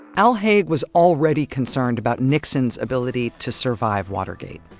al haig was already concerned about nixon's ability to survive watergate.